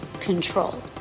control